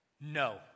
No